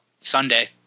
sunday